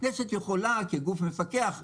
הכנסת יכולה כגוף מפקח לזמן,